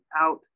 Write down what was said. out